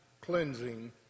cleansing